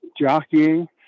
jockeying